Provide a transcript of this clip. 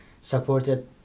supported